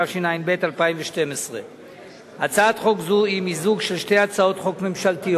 התשע"ב 2012. הצעת חוק זו היא מיזוג של שתי הצעות חוק ממשלתיות,